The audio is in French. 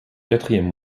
quatrième